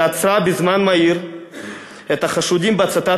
שעצרה בזמן מהיר את החשודים בהצתת